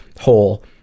whole